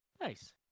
Nice